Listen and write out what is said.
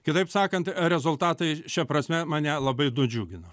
kitaip sakant rezultatai šia prasme mane labai nudžiugino